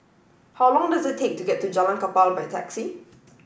how long does it take to get to Jalan Kapal by taxi